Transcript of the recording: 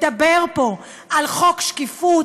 מדבר פה על חוק שקיפות,